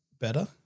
better